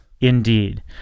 Indeed